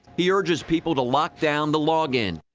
he urges people to lockdown the log in.